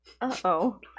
Uh-oh